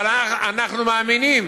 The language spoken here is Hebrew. אבל אנחנו מאמינים